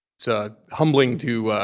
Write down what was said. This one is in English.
so humbling to